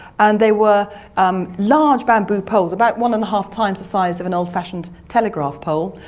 and they were um large bamboo poles, about one and a half times the size of an old-fashioned telegraph pole.